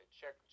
check